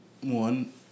one